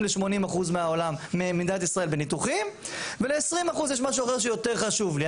ל-80% ממדינת ישראל בניתוחים ול-20% יש משהו אחר יותר חשוב לו,